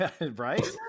Right